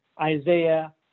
Isaiah